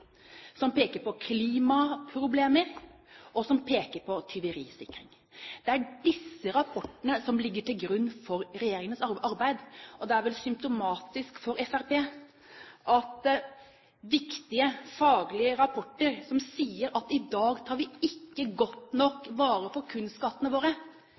som peker på klimaproblemer, og som peker på tyverisikkerhet. Det er disse rapportene som ligger til grunn for regjeringens arbeid. Det er vel symptomatisk for Fremskrittspartiet at viktige faglige rapporter som sier at vi i dag ikke tar godt nok vare på kunstskattene våre,